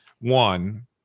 One